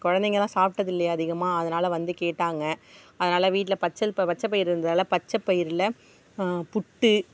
குழந்தைங்கலாம் சாப்பிட்டதில்லயா அதிகமாக அதனால வந்து கேட்டாங்க அதனால வீட்டில் பச்சல் ப பச்சை பயிர் இருந்ததால் பச்சை பயிரில் புட்டு